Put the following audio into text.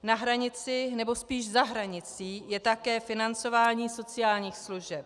Na hranici nebo spíš za hranicí je také financování sociálních služeb.